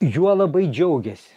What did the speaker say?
juo labai džiaugiasi